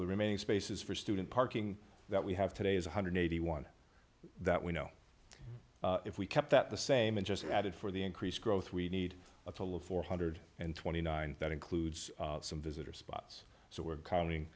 the remaining spaces for student parking that we have today is one hundred and eighty one dollars that we know if we kept that the same and just added for the increased growth we need a total of four hundred and twenty nine dollars that includes some visitor spots so we're counting